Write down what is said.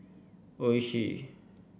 Oishi